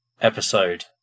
episode